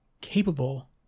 capable